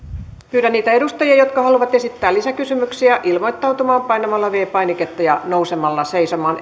pyydän niitä edustajia jotka haluavat esittää lisäkysymyksiä ilmoittautumaan painamalla viides painiketta ja nousemalla seisomaan